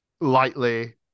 lightly